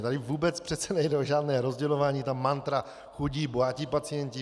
Tady vůbec přece nejde o žádné rozdělování, ta mantra chudí bohatí pacienti.